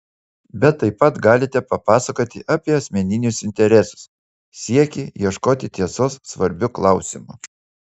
bet taip pat galite papasakoti apie asmeninius interesus siekį ieškoti tiesos svarbiu klausimu